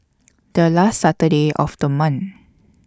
The last Saturday of The month